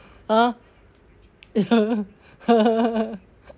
!huh!